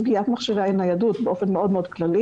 סוגיית מכשירי הניידות באופן כללי,